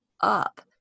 up